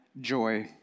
joy